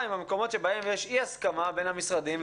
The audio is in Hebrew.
עם המקומות שבהם יש אי-הסכמה בין המשרדים,